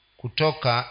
kutoka